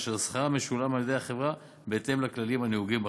אשר שכרם משולם על-ידי החברה בהתאם לכללים הנהוגים בחברה.